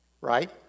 right